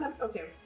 Okay